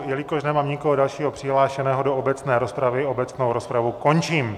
Jelikož nemám nikoho dalšího přihlášeného do obecné rozpravy, obecnou rozpravu končím.